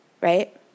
right